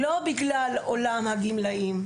לא בגלל עולם הגמלאים,